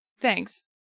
thanks